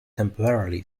temporarily